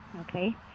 Okay